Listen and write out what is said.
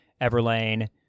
Everlane